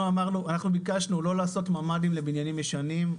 ביקשנו לא לעשות ממ"דים לבניינים ישנים,